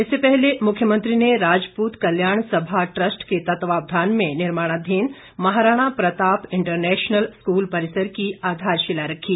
इससे पहले मुख्यमंत्री ने राजपूत कल्याण सभा ट्रस्ट के तत्वावधान में निर्माणाधीन महाराणा प्रताप इंटरनेशनल स्कूल परिसर की आधारशिला रखी